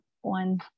one